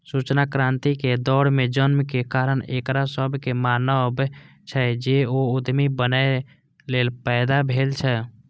सूचना क्रांतिक दौर मे जन्मक कारण एकरा सभक मानब छै, जे ओ उद्यमी बनैए लेल पैदा भेल छै